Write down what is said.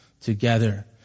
together